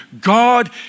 God